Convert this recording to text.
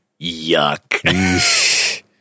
yuck